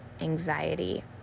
anxiety